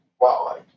wow